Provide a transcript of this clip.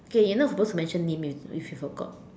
okay you're not supposed to mention name you if you forgot